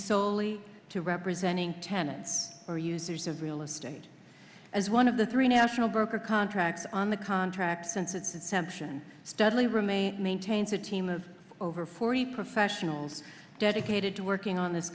solely to representing tenants or users of real estate as one of the three national broker contracts on the contract since its inception studly remain maintains a team of over forty professionals dedicated to working on this